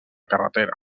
carretera